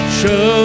show